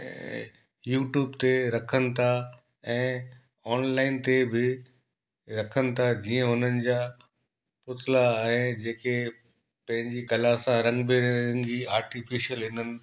ऐं यूट्यूब ते रखनि था ऐं ऑनलाइन ते बि रखनि था जीअं उन्हनि जा पुतला आहे जेके पंहिंजी कला सां रंग बिरंगी आर्टिफिशियल हिननि